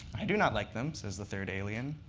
i do not like them, says the third alien.